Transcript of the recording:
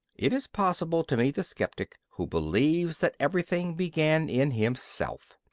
it is possible to meet the sceptic who believes that everything began in himself.